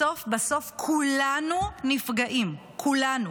בסוף בסוף כולנו נפגעים, כולנו.